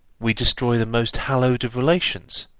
we destroy the most hallowed of relations,